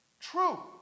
true